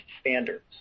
standards